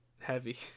heavy